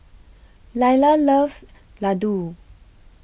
Laila loves Ladoo